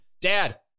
dad